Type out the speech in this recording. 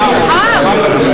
חם.